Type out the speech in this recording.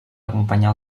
acompanyar